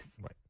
right